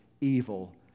evil